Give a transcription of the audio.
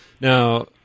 now